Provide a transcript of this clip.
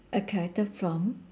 a character from